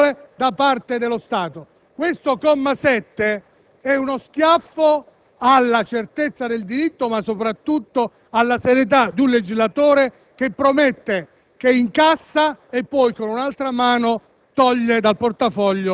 fidati e hanno confidato nel rispetto delle regole da parte dello Stato. Il comma 7 è uno schiaffo alla certezza del diritto, ma soprattutto alla serietà di un legislatore che promette